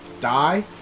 die